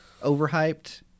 Overhyped